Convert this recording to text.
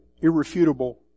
irrefutable